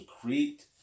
create